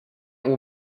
will